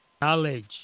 Knowledge